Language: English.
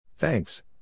Thanks